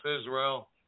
Israel